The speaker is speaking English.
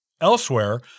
Elsewhere